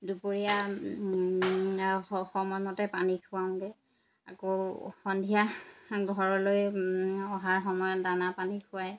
দুপৰীয়া সময়মতে পানী খুৱাওঁগৈ আকৌ সন্ধিয়া ঘৰলৈ অহাৰ সময়ত দানা পানী খুৱাই